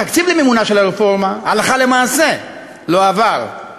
התקציב למימונה של הרפורמה הלכה למעשה לא עבר,